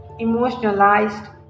emotionalized